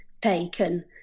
taken